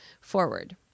forward